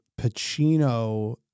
Pacino